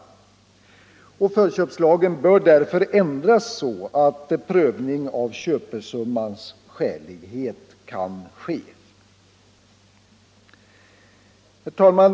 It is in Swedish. Förköpslagen bör därför ändras så att en prövning av köpesummans skälighet kan ske. Herr talman!